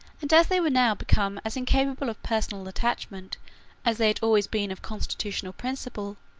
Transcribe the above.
and as they were now become as incapable of personal attachment as they had always been of constitutional principle,